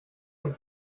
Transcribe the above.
und